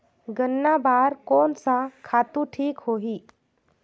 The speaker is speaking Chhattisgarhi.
गन्ना बार कोन सा खातु ठीक होही?